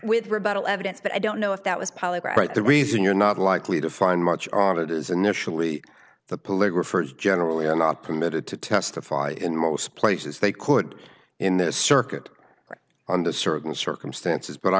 with rebuttal evidence but i don't know if that was polygraph but the reason you're not likely to find much on it is initially the political st generally are not permitted to testify in most places they could in the circuit or under certain circumstances but i